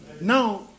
Now